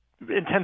intense